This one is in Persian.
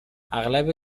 اغلب